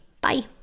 Bye